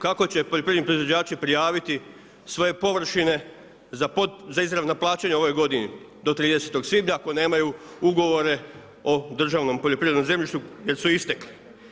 Kako će poljoprivredni proizvođači prijaviti svoje površine za izravna plaćanja u ovoj godini do 30 svibnja ako nemaju ugovore o državnom poljoprivrednom zemljištu jer su istekli.